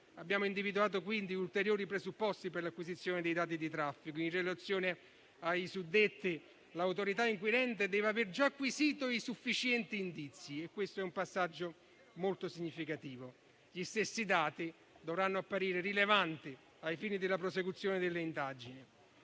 abbiamo individuato quindi ulteriori presupposti per l'acquisizione dei dati di traffico. In relazione ai suddetti, l'autorità inquirente deve aver già acquisito i sufficienti indizi - questo è un passaggio molto significativo - e gli stessi dati dovranno apparire rilevanti ai fini della prosecuzione delle indagini.